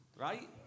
right